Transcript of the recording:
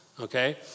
okay